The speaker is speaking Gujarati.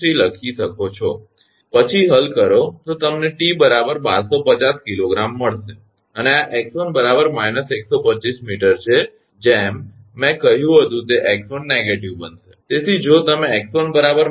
3 લખી શકો છો પછી હલ કરો તો તમને 𝑇 1250 𝐾𝑔 મળશે અને આ 𝑥1 −125 𝑚 છે જેમ મેં કહ્યું હતું તે 𝑥1 નકારાત્મક બનશે